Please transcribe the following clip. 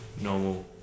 normal